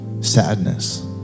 sadness